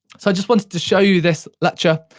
so i just wanted to show you this lecture,